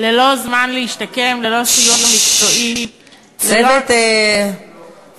ללא זמן להשתקם, ללא סיוע מקצועי, צוות הקואליציה,